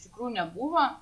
iš tikrųjų nebuvo